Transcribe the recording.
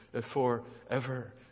forever